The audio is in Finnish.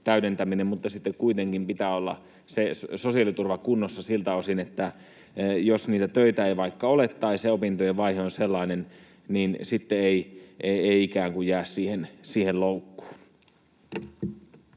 täydentäminen, mutta sitten kuitenkin pitää olla se sosiaaliturva kunnossa siltä osin, että jos niitä töitä ei vaikka ole tai se opintojen vaihe on sellainen, niin sitten ei ikään kuin jää siihen loukkuun.